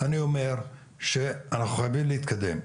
אני אומר שאנחנו חייבים להתקדם,